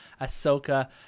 ahsoka